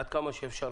עד כמה שאפשר,